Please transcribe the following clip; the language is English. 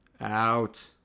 Out